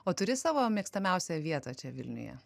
o turi savo mėgstamiausią vietą čia vilniuje